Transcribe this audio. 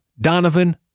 Donovan